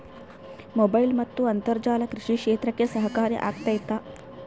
Mobile ಮತ್ತು ಅಂತರ್ಜಾಲ ಕೃಷಿ ಕ್ಷೇತ್ರಕ್ಕೆ ಸಹಕಾರಿ ಆಗ್ತೈತಾ?